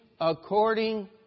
according